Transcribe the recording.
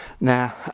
Now